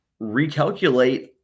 recalculate